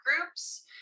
groups